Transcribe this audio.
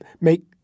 make